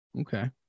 Okay